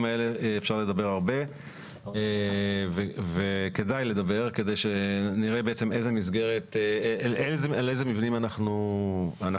האלה אפשר לדבר הרבה וכדאי לדבר כדי שנראה על איזה מבנים אנחנו מדברים.